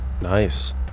Nice